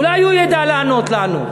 אולי הוא ידע לענות לנו,